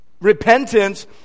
Repentance